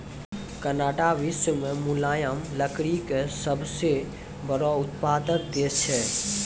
Canada विश्व मॅ मुलायम लकड़ी के सबसॅ बड़ो उत्पादक देश छै